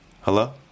Hello